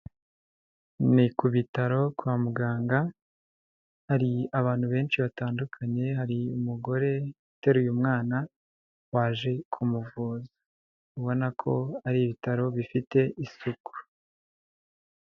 Ni ku bitaro kwa muganga hari abantu benshi batandukanye, hari umugore uteraruye mwana waje kumuvuza, ubona ko ari ibitaro bifite isuku.